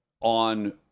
on